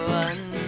one